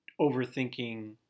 overthinking